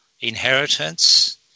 inheritance